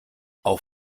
auf